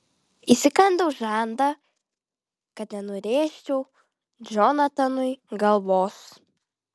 įsikandau žandą kad nenurėžčiau džonatanui galvos